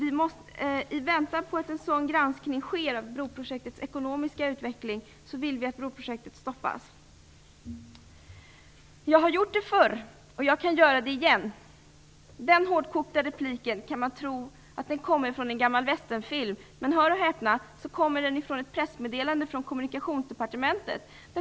I väntan på att en sådan granskning sker av broprojektets ekonomiska utveckling vill vi att broprojektet stoppas. Jag har gjort det förr, och jag kan göra det igen - den hårdkokta repliken kan man tro kommer från en gammal västernfilm, men hör och häpna: Den kommer från ett pressmeddelande från Kommunikationsdepartementet.